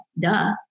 duh